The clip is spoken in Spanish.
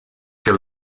que